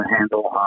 handle